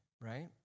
right